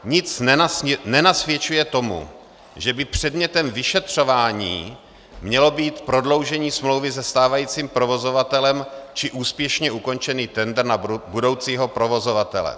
Nic nenasvědčuje tomu, že by předmětem vyšetřování mělo být prodloužení smlouvy se stávajícím provozovatelem či úspěšně ukončený tendr na budoucího provozovatele.